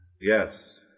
Yes